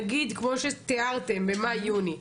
נגיד כמו שתיארתם במאי-יוני,